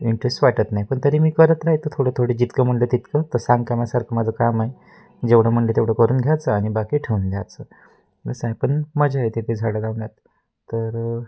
interest वाटत नाही पण तरी मी करत राहतो थोडं थोडे जितकं म्हणले तितकं तर सांगकाम्या सारखं माझं काम आहे जेवढं म्हटलं तेवढं करून घ्यायचं आणि बाकी ठेवून द्यायचं बसं आहे पण मजा येते ते झाडं लावण्यात तर